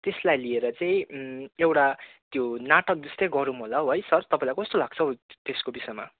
त्यसलाई लिएर चाहिँ एउटा त्यो नाटक जस्तै गरौँ होला हौ है सर तपाईँलाई कस्तो लाग्छ हौ त्यसको विषयमा